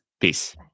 Peace